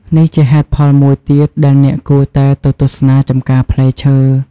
នេះជាហេតុផលមួយទៀតដែលអ្នកគួរតែទៅទស្សនាចម្ការផ្លែឈើ។